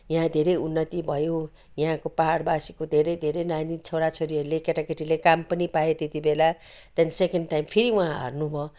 यहाँ धेरै उन्नति भयो यहाँको पाहाडवासीको धेरै धेरै नानी छोरा छोरीहरूले केटा केटीले काम पनि पाए त्यति बेला त्यहाँदेखि सेकेन्ड टाइम फेरि उहाँ हार्नुभयो